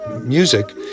music